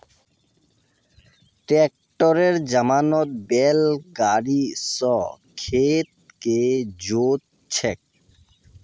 ट्रैक्टरेर जमानात बैल गाड़ी स खेत के जोत छेक